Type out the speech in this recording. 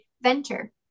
Venture